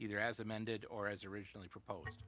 either as amended or as originally propose